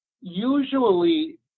Usually